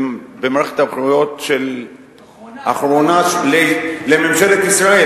במערכת הבחירות האחרונה לממשלת ישראל,